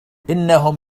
إنهم